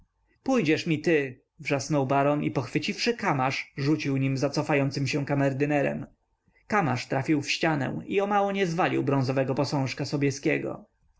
pójdziesz mi ty wrzasnął baron i pochwyciwszy kamasz rzucił nim za cofającym się kamerdynerem kamasz trafił w ścianę i o mało nie zwalił brązowego posążka